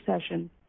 session